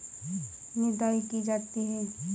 निदाई की जाती है?